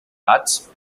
arts